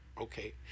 okay